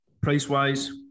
Price-wise